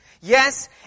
yes